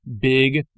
big